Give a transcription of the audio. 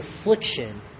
affliction